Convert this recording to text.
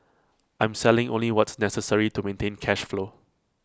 I'm selling only what's necessary to maintain cash flow